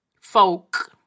folk